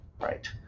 right